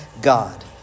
God